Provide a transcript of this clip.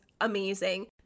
amazing